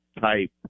type